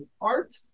art